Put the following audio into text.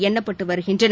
எண்ணப்பட்டு வருகின்றன